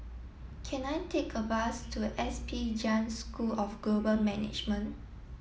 can I take a bus to S P Jain School of Global Management